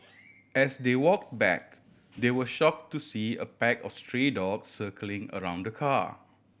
as they walk back they were shock to see a pack of stray dogs circling around the car